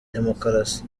demokarasi